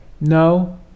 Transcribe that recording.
no